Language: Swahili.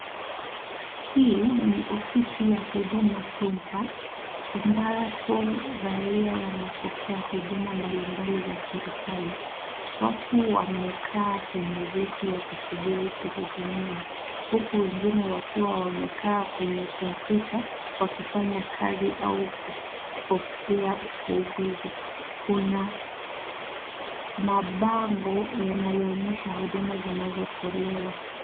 Hii ni ofisi ya Huduma Center ambapo raia wanapokea huduma mbalimbali za serikali, watu wamekaa kwenye viti wakisubiri kuhudumiwa huku wengine wakiwa wamekaa kwenye computer wakifanya kazi au kupokea usaidizi, kuna mabango yanayo onyesha huduma zinazotolewa.